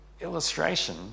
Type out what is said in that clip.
illustration